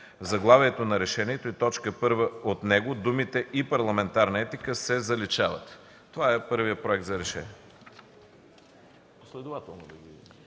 заглавието на Решението и т. 1 от него думите „и парламентарна етика” се заличават.” Това е първият проект за решение.